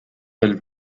del